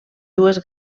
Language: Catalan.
dues